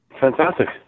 Fantastic